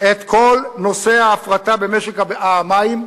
את כל נושא ההפרטה במשק המים.